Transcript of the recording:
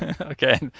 Okay